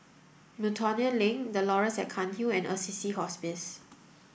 Miltonia Link The Laurels at Cairnhill and Assisi Hospice